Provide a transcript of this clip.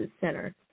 center